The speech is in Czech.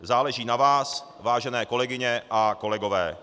Záleží na vás, vážené kolegyně a kolegové.